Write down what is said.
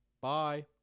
Bye